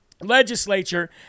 legislature